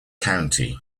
county